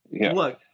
Look